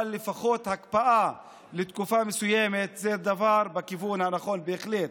לפחות הקפאה לתקופה מסוימת זה דבר בכיוון הנכון בהחלט.